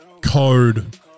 code